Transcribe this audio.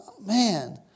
man